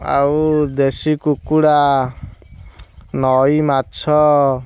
ଆଉ ଦେଶୀ କୁକୁଡ଼ା ନଈ ମାଛ